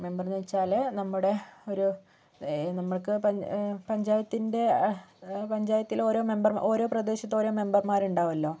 മെമ്പറെന്ന് വെച്ചാല് നമ്മുടെ ഒരു നമ്മൾക്ക് പഞ്ചായത്തിൻ്റെ അതായത് പഞ്ചായത്തിൽ ഓരോ മെമ്പർമാർ ഓരോ പ്രദേശത്ത് ഓരോ മെമ്പർമാർ ഉണ്ടാവുമലോ